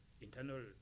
internal